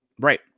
Right